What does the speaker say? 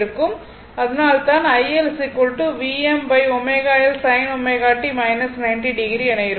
அதனால்தான் iL Vmω L sin ω t 90o எனஇருக்கும்